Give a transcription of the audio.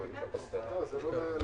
פספסנו.